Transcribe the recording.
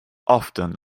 often